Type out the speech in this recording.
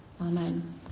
Amen